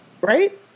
right